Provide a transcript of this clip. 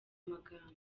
magambo